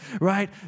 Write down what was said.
right